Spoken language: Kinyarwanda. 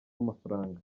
amafaranga